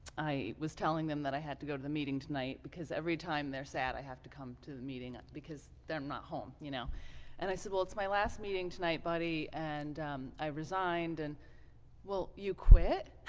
i was telling them that i had to go to the meeting tonight because every time they're sad i have to come to the meeting because they're not home. you know and i said well. it's my last meeting tonight, buddy, and i resigned and well you quit